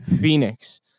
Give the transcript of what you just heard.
Phoenix